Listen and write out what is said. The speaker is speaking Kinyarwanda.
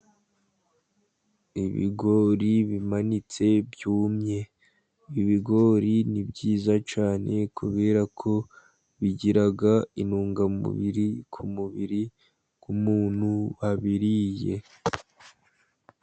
Ibigori bimanitse byumye. Ibigori ni byiza cyane, kubera ko bigira intungamubiri ku mubiri w'umuntu wabiriye.